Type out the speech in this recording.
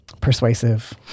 persuasive